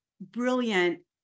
brilliant